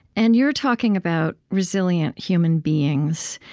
and you're talking about resilient human beings.